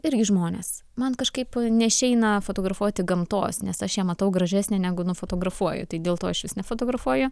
irgi žmones man kažkaip neišeina fotografuoti gamtos nes aš ją matau gražesnę negu nufotografuoju tai dėl to aš jos nefotografuoju